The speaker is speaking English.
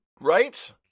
Right